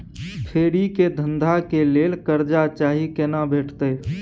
फेरी के धंधा के लेल कर्जा चाही केना भेटतै?